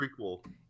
prequel